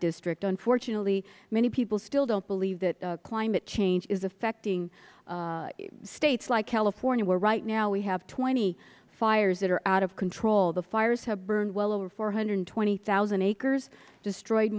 district unfortunately many people still don't believe that climate change is affecting states like california where right now we have twenty fires that are out of control the fires have burned well over four hundred and twenty thousand acres destroyed